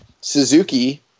Suzuki